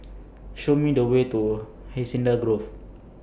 Show Me The Way to Hacienda Grove